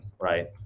right